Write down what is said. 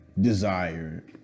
Desire